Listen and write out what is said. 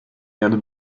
erde